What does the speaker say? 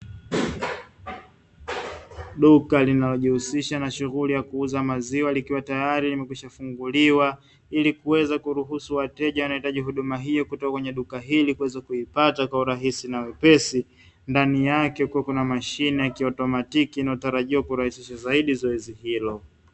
Duka linalojihusisha na shughuli ya kuuza maziwa likiwa tayari limeshafunguliwa ili kuweza kuruhusu wateja wanaohitaji huduma hiyo kutoka kwenye duka hili kuweza kuipata kwa urahisi na wepesi, ndani yake kukiwa kuna mashine ya kiautomatiki inayotarajia kurahisisha zaidi zoezi hilo.